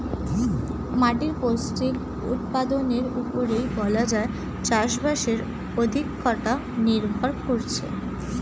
মাটির পৌষ্টিক উপাদানের উপরেই বলা যায় চাষবাসের অর্ধেকটা নির্ভর করছে